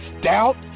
doubt